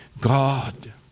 God